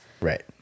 Right